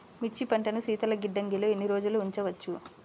మిర్చి పంటను శీతల గిడ్డంగిలో ఎన్ని రోజులు ఉంచవచ్చు?